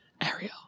Ariel